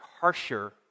harsher